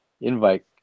invite